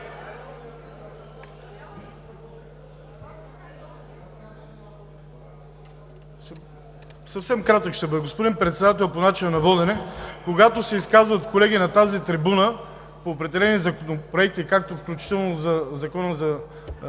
съвсем кратък. Господин Председател, по начина на водене. Когато се изказват колеги от тази трибуна по определени законопроекти, както включително и по Закона за